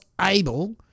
able